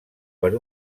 per